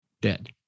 dead